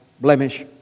blemish